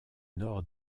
nord